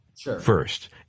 First